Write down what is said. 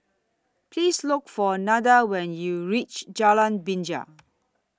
Please Look For Nada when YOU REACH Jalan Binja